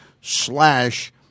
slash